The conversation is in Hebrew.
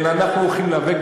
אלא אנחנו הולכים להיאבק,